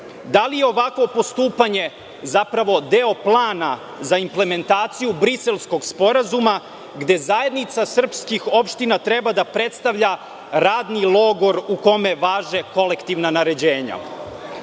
Da li je ovako postupanje zapravo deo plana za implementaciju Briselskog sporazuma, gde Zajednica srpskih opština treba da predstavlja radni logor u kome važe kolektivna naređenja? Vladu